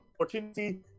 opportunity